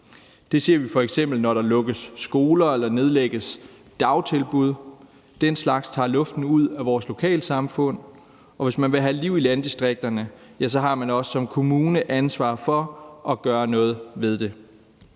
Det ser vi f.eks., når der lukkes skoler eller nedlægges dagtilbud; den slags tager luften ud af vores lokalsamfund. Hvis man vil have liv i landdistrikterne, har man også som kommune et ansvar for at gøre noget ved det.